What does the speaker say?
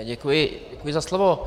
Děkuji za slovo.